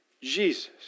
Jesus